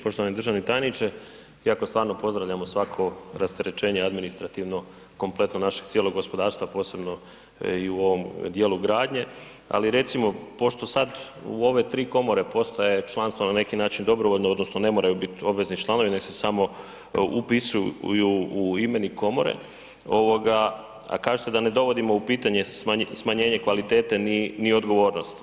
Poštovani državi tajniče, iako stvarno pozdravljamo svako rasterećenje administrativno kompletno našeg cijelog gospodarstva posebno i u ovom djelu gradnje, ali recimo pošto sad u ove tri komore postoje članstvo na neki način dobrovoljno donosno ne moraju biti obvezni članovi nek se samo upisuju u imenik komore, a kažete da ne dovodimo u pitanje smanjenje kvalitete ni odgovornosti.